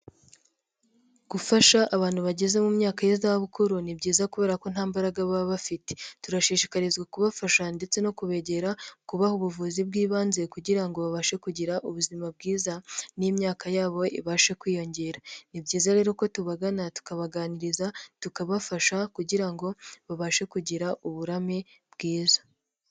Gufasha abantu bageze mu myaka y'izabukuru ni byiza kubera ko nta mbaraga baba bafite, turashishikarizwa kubafasha ndetse no kubegera kubaha ubuvuzi bw'ibanze kugira ngo babashe kugira ubuzima bwiza n'imyaka yabo ibashe kwiyongera, ni byiza rero ko tubagana tukabaganiriza, tukabafasha kugira ngo babashe kugira uburame bwiza.